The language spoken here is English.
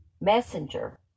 Messenger